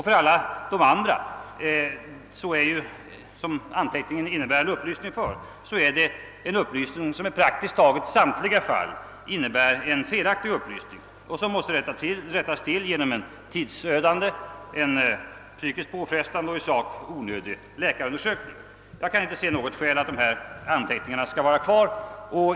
För övrigt är anteckningen i praktiskt taget samtliga fall felaktig och måste rättas till genom en tidsödande, psykiskt påfrestande och onödig läkarundersökning. Jag kan inte se något skäl till att anteckningarna skall finnas kvar.